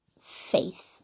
faith